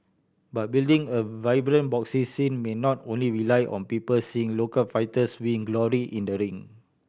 but building a vibrant boxing scene may not only rely on people seeing local fighters win glory in the ring